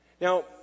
Now